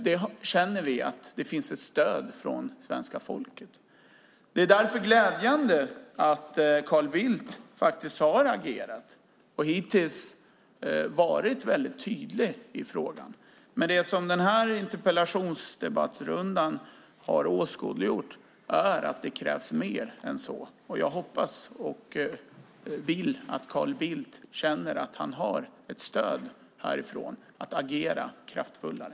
Vi känner att det finns ett stöd från svenska folket för detta. Det är därför glädjande att Carl Bildt har agerat och hittills varit väldigt tydlig i frågan, men den här interpellationsdebattsrundan har åskådliggjort att det krävs mer än så. Jag hoppas och vill att Carl Bildt känner att han har ett stöd härifrån för att agera kraftfullare.